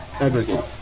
aggregate